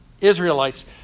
Israelites